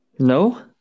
No